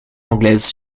anglaise